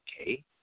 okay